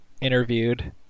interviewed